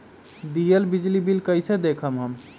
दियल बिजली बिल कइसे देखम हम?